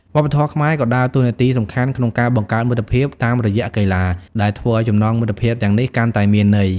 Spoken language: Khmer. វប្បធម៌ខ្មែរក៏ដើរតួនាទីសំខាន់ក្នុងការបង្កើតមិត្តភាពតាមរយៈកីឡា ដែលធ្វើឲ្យចំណងមិត្តភាពទាំងនេះកាន់តែមានន័យ។